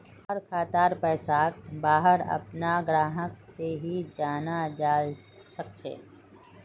हर खातार पैसाक वहार अपनार ग्राहक से ही जाना जाल सकछे